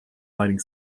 lighting